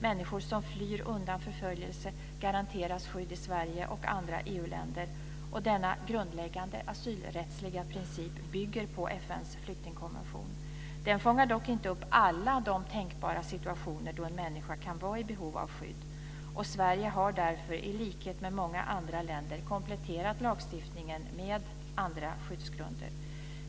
Människor som flyr undan förföljelse garanteras skydd i Sverige och andra EU-länder. Denna grundläggande asylrättsliga princip bygger på FN:s flyktingkonvention. Det fångar dock inte upp alla de tänkbara situationer då en människa kan vara i behov av skydd. Sverige har därför, i likhet med många andra länder, kompletterat lagstiftningen med andra skyddsgrunder.